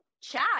chat